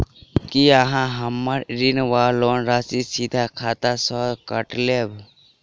की अहाँ हम्मर ऋण वा लोन राशि सीधा खाता सँ काटि लेबऽ?